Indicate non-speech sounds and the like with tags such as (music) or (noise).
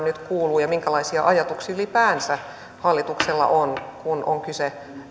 (unintelligible) nyt kuuluu ja minkälaisia ajatuksia ylipäänsä hallituksella on kun on kyse